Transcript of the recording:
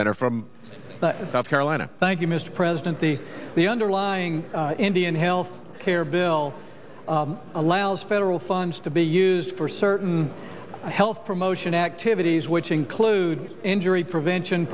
center from south carolina thank you mr president the the underlying indian health care bill allows federal funds to be used for certain health promotion activities which include injury prevention